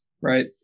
right